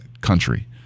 country